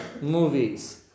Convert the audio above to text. movies